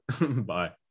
bye